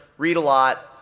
read a lot,